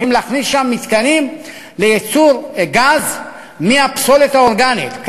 אנחנו הולכים להכניס לשם מתקנים לייצור גז מהפסולת האורגנית,